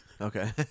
Okay